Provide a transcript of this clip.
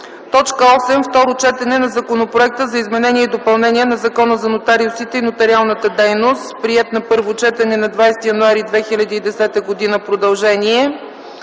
съвет. 8. Второ четене на Законопроекта за изменение и допълнение на Закона за нотариусите и нотариалната дейност. Приет е на първо четене на 20 януари 2010 г. – продължение.